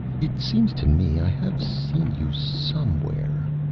it seems to me i have seen you, somewhere,